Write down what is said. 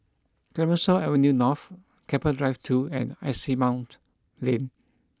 Clemenceau Avenue North Keppel Drive two and Asimont Lane